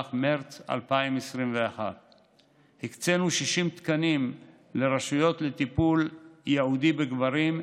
במהלך מרץ 2021. הקצינו 60 תקנים לרשויות לטיפול ייעודי בגברים,